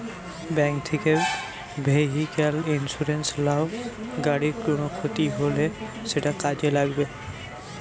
bank থিকে vehicle insurance লাও, গাড়ির কুনো ক্ষতি হলে সেটা কাজে লাগবে